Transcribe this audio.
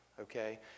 okay